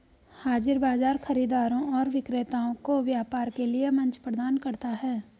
हाज़िर बाजार खरीदारों और विक्रेताओं को व्यापार के लिए मंच प्रदान करता है